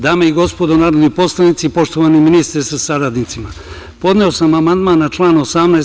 Dame i gospodo narodni poslanici, poštovani ministre sa saradnicima, podneo sam amandman na član 18.